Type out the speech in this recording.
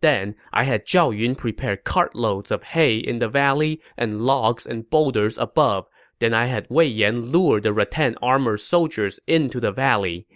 then, i had zhao yun prepare cartloads of hay in the valley and logs and boulders above. then i had wei yan lure the rattan-armored soldiers into the valley.